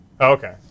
Okay